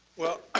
well,